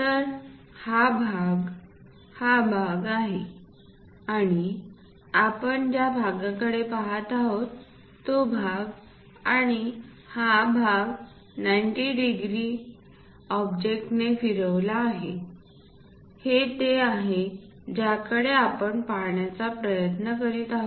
तर हा भाग हा भाग आहे आणि आपण ज्या भागाकडे पाहत आहोत तो हा भाग आणि हा भाग 90 ० अंश ऑब्जेक्टने फिरविला आहे हे ते आहे ज्याकडे आपण पाहण्याचा प्रयत्न करीत आहोत